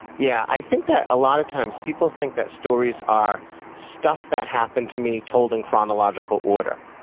yeah. i think that a lot of times people think that stories are stuff that happened to me told in chronological order,